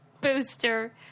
booster